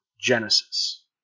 genesis